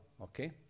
Okay